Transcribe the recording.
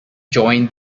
join